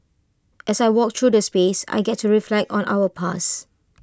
as I walk through the space I get to reflect on our past